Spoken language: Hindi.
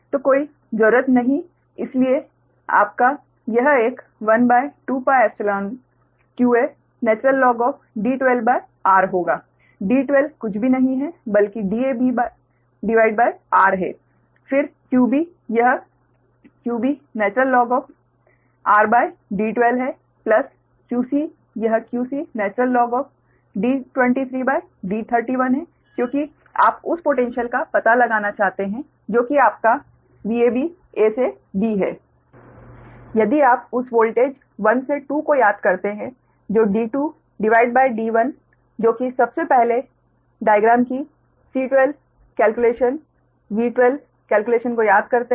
तो कोई जरूरत नहीं इसलिए आपका यह एक 12πϵ0qaD12r होगा D12 कुछ भी नहीं है बल्कि Dabr है फिर qb यह qbrD12 है प्लस qc यह qcD23D31 है क्योंकि आप उस पोटैन्श्यल का पता लगाना चाहते हैं जो कि आपका V a से b है यदि आप उस वोल्टेज 1 से 2 को याद करते है जो D2 भागित D1 जो कि सबसे पहले आरेख कि C12 गणना V12 गणना को याद करते हैं